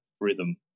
rhythm